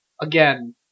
Again